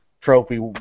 trophy